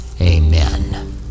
Amen